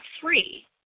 three